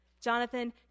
Jonathan